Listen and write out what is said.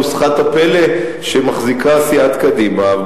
לנוסחת הפלא שמחזיקה סיעת קדימה.